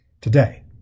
Today